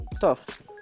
tough